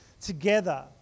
together